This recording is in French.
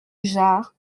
jard